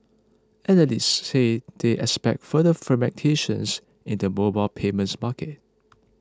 analysts said they expect further fragmentation's in the mobile payments market